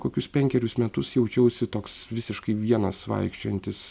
kokius penkerius metus jaučiausi toks visiškai vienas vaikščiojantis